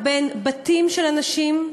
בין בתים של אנשים,